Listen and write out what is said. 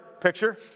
picture